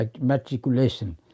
matriculation